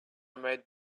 made